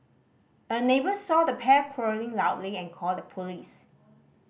a neighbour saw the pair quarrelling loudly and called the police